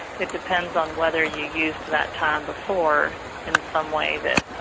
it depends on whether you use to that time before in some way that